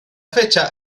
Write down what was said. fecha